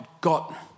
got